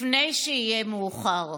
לפני שיהיה מאוחר.